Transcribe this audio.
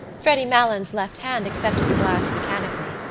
freddy malins' left hand accepted the glass mechanically,